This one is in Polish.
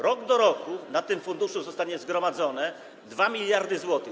Rok do roku w tym funduszu zostanie zgromadzone 2 mld zł.